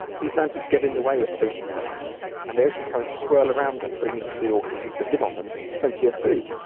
these mountains get in the way of ocean currents and the ocean currents swirl around them, bringing the organisms that live on them plenty of food.